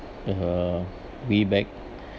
uh way back